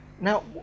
Now